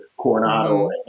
Coronado